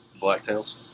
Black-tails